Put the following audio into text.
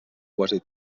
quasi